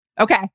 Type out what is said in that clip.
Okay